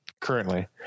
currently